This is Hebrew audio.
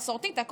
מסורתית,